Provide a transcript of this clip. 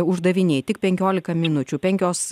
uždaviniai tik penkiolika minučių penkios